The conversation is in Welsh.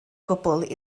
gwbl